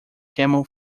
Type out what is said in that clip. camel